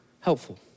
helpful